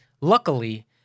luckily